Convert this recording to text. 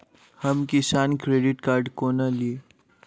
हम किसान credit card कोना ली?